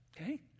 Okay